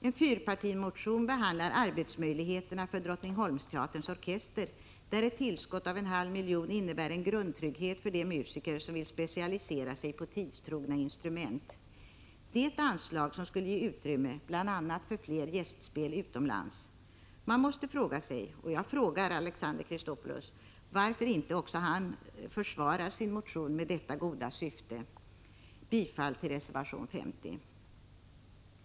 En fyrpartimotion behandlar arbetsmöjligheterna för Drottningholmsteaterns orkester, där ett tillskott av en halv miljon innebär en grundtrygghet för de musiker som vill specialisera sig på tidstrogna instrument. Det är ett anslag som skulle ge utrymme för bl.a. fler gästspel utomlands. Man måste fråga sig — och jag frågar Alexander Chrisopoulos — varför inte också Alexander Chrisopoulos försvarar sin motion med det goda syftet. Jag yrkar bifall till reservation 50.